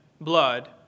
blood